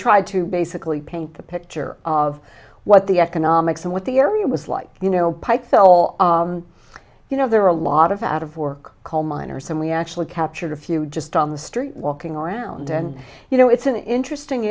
tried to basically paint the picture of what the economics of what the area was like you know the whole you know there are a lot of out of work coal miners and we actually captured a few just on the street walking around and you know it's an interesting